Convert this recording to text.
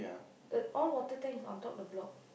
the all water tank is on top the block